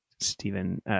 Stephen